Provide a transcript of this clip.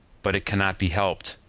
but it can not be helped.